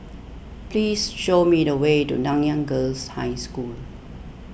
please show me the way to Nanyang Girls' High School